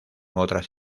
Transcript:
otras